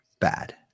bad